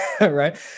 Right